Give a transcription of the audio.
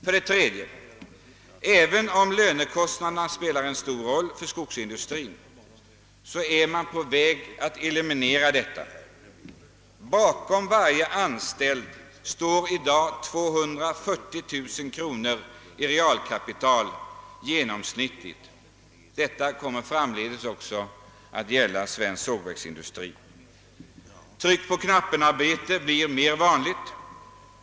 För det tredje, lönekostnaderna spelar en stor roll för skogsindustrin, men man är på väg att eliminera detta problem. Bakom varje anställd står i dag genomsnittligt 240 000 kronor i realkapital. Detta kommer framdeles att också gälla svensk sågverksindustri. »Tryck-på-knappen»- arbete blir vanligare.